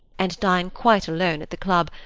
and dine quite alone at the club,